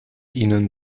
ihnen